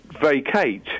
vacate